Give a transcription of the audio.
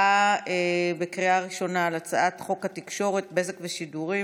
להצבעה בקריאה ראשונה על הצעת חוק התקשורת (בזק ושידורים)